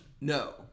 No